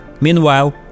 Meanwhile